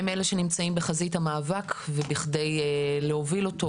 הן אלה שנמצאות בחזית המאבק וכדי להוביל אותו